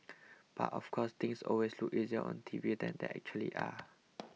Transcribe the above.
but of course things always look easier on T V than they actually are